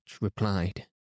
replied